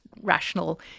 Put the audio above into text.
rational